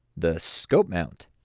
the scope mount,